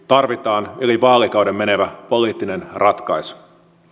tarvitaan yli vaalikauden menevä poliittinen ratkaisu